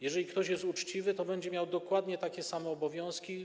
Jeżeli ktoś jest uczciwy, to będzie miał dokładnie takie same obowiązki.